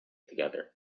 together